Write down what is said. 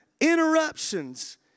Interruptions